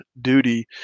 duty